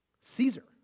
Caesar